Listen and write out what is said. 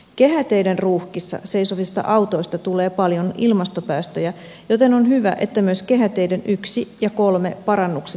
kehäteiden ruuhkissa seisovista autoista tulee paljon ilmastopäästöjä joten on hyvä että myös kehäteiden i ja iii parannukset jatkuvat